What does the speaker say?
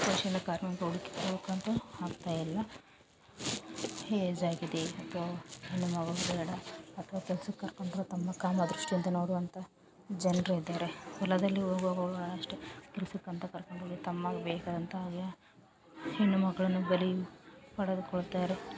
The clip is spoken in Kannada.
ಆಗ್ತಾ ಇಲ್ಲ ಏಜ್ ಆಗಿದೆ ಅಥವಾ ಹೆಣ್ಣು ಮಗಳು ಬೇಡ ಅಥ್ವ ಕೆಲ್ಸಕ್ಕೆ ಕರ್ಕೊಂಡು ತಮ್ಮ ಕಾಣು ಅದೃಷ್ಟವಂತ ನೋಡುವಂಥ ಜನರು ಇದ್ದಾರೆ ಹೊಲದಲ್ಲಿಯೂ ಒಬ್ಬೊಬ್ಬರು ಅಷ್ಟೇ ಕೆಲ್ಸಕ್ಕಂತ ಕರ್ಕೊಂಡು ಹೋಗಿ ತಮ್ಮ ಬೇಕಾದಂತಹ ಅಲ್ಲಿ ಹೆಣ್ಣು ಮಕ್ಕಳನ್ನು ಬಲಿ ಪಡೆದುಕೊಳ್ತಾರೆ